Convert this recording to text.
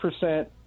percent